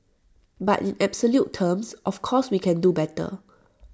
but in absolute terms of course we can do better